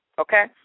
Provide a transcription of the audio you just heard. okay